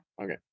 Okay